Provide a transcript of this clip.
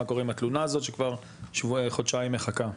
מה קורה עם התלונה הזאת שכבר חודשיים מחכה?